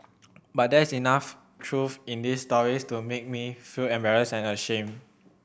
but there is enough truth in these stories to make me feel embarrassed and ashamed